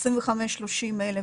25,000 30,000,